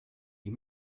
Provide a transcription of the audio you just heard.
die